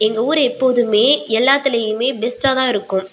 எங்கள் ஊர் எப்போதுமே எல்லாத்துலேயுமே பெஸ்ட்டாக தான் இருக்கும்